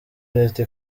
leta